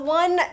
one